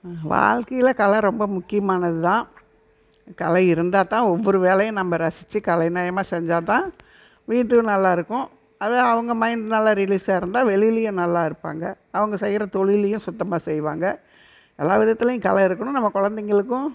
வாழ்க்கையில் கலை ரொம்ப முக்கியமானது தான் கலை இருந்தால் தான் ஒவ்வொரு வேலையும் நம்ம ரசிச்சு கலைநயமாக செஞ்சால் தான் வீடும் நல்லாயிருக்கும் அதுதான் அவங்க மைண்ட் நல்லா ரிலீசாக இருந்தால் வெளியிலையும் நல்லா இருப்பாங்க அவங்க செய்கிற தொழில்லையும் சுத்தமாக செய்வாங்க எல்லா விதத்திலையும் கலை இருக்கணும் நம்ம குழந்தைங்களுக்கும்